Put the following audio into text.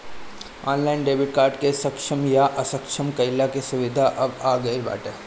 online debit card के सक्षम या असक्षम कईला के सुविधा अब आ गईल बाटे